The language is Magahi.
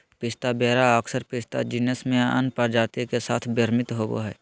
पिस्ता वेरा अक्सर पिस्ता जीनस में अन्य प्रजाति के साथ भ्रमित होबो हइ